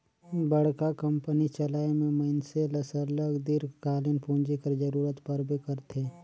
बड़का कंपनी चलाए में मइनसे ल सरलग दीर्घकालीन पूंजी कर जरूरत परबे करथे